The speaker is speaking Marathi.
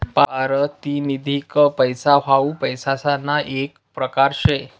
पारतिनिधिक पैसा हाऊ पैसासना येक परकार शे